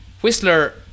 Whistler